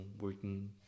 working